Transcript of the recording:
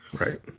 Right